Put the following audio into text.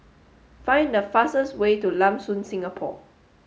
find the fastest way to Lam Soon Singapore